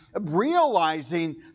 realizing